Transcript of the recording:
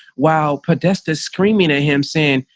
while podesta screaming at him saying,